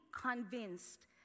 convinced